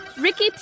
Ricky